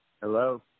Hello